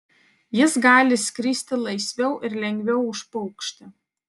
jis gali skristi laisviau ir lengviau už paukštį